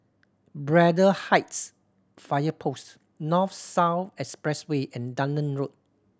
Braddell Heights Fire Post North South Expressway and Dunearn Road